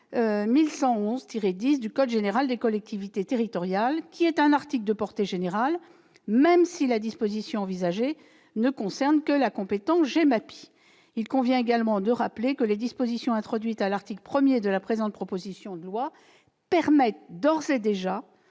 1111-10 du code général des collectivités territoriales, qui est un article de portée générale, et ce même si la disposition envisagée concerne la seule compétence GEMAPI. Il convient également de rappeler que les dispositions introduites à l'article 1 de la présente proposition de loi permettent d'ores et déjà